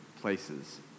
places